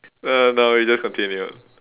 uh no we didn't continue